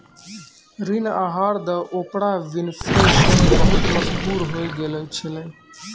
ऋण आहार द ओपरा विनफ्रे शो मे बहुते मशहूर होय गैलो छलै